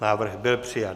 Návrh byl přijat.